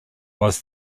was